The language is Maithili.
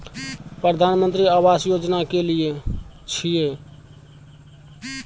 प्रधानमंत्री आवास योजना कि छिए?